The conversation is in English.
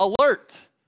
alert